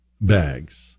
bags